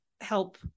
help